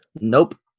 Nope